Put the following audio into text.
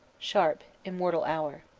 sharp immortal hour.